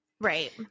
Right